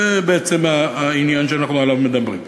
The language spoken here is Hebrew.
זה העניין שאנחנו מדברים עליו.